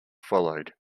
followed